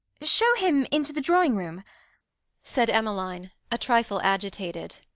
show him into the drawing-room said emmeline, a trifle agitated.